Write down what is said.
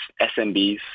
SMBs